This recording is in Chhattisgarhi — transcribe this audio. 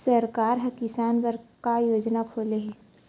सरकार ह किसान बर का योजना खोले हे?